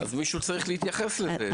אז מישהו צריך להתייחס לזה.